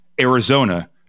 Arizona